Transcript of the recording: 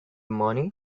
money